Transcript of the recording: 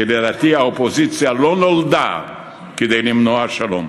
כי לדעתי האופוזיציה לא נולדה כדי למנוע שלום.